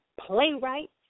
playwright